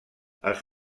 els